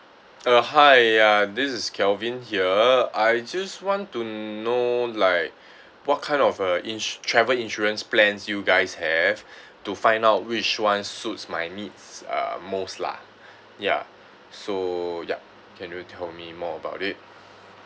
uh hi ya this is kelvin here I just want to know like what kind of uh ins~ travel insurance plans you guys have to find out which one suits my needs uh most lah ya so yup can you tell me more about it